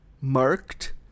marked